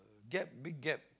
get big gap